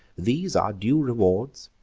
these our due rewards?